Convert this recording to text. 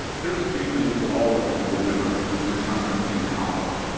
there's a few things that all of you will remember from your time at penn college.